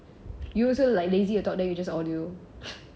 you also like lazy to talk then you just audio